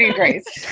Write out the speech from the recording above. grace